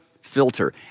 filter